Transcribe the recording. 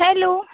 hello